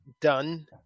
done